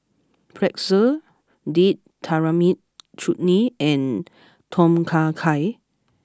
Pretzel Date Tamarind Chutney and Tom Kha Gai